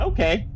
Okay